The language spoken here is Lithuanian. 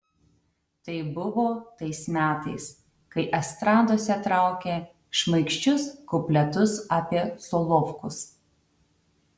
tai buvo tais metais kai estradose traukė šmaikščius kupletus apie solovkus